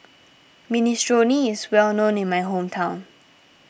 Minestrone is well known in my hometown